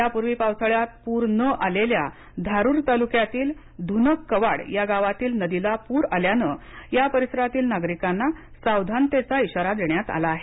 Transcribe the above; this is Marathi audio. यापूर्वी पावसाळ्यात पूर न आलेल्या धारूर तालुक्यातील धूनकवाड या गावातील नदीला पूर आल्यानं या परिसरांतील नागरिकांना सावधानतेचा इशारा देण्यात आला आहे